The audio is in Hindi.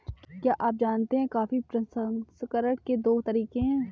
क्या आप जानते है कॉफी प्रसंस्करण के दो तरीके है?